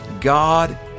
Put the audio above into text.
God